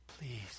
Please